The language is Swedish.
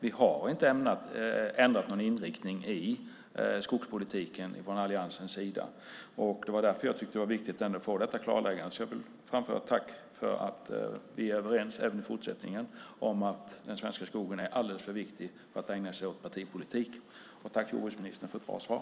Vi har inte ändrat någon inriktning i skogspolitiken från alliansens sida. Därför tycker jag att det var viktigt att få detta klarläggande. Jag vill framföra ett tack för att vi även i fortsättningen är överens om att den svenska skogen är alldeles för viktig för att vi ska ägna oss partipolitik när det gäller den. Jag tackar också jordbruksministern för ett bra svar.